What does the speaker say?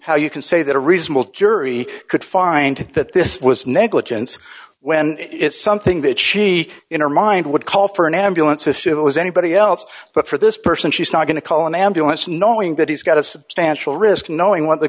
how you can say that a reasonable jury could find that this was negligence when it's something that she in her mind would call for an ambulance issue it was anybody else but for this person she's not going to call an ambulance knowing that he's got a substantial risk knowing what the